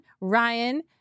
Ryan